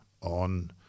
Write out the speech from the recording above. on